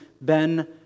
Ben